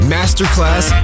masterclass